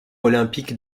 olympique